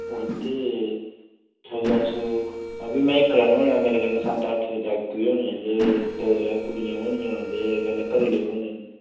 अ ते चौदां सौ हां फ्ही में इक्क्ला निं होना मेरे कन्नै सत्त अट्ठ जागत बी होने ते दो त्रै कुड़ियां बी होनियां ते कन्नै घरे आह्ले बी होने